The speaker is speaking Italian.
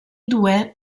due